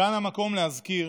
כאן המקום להזכיר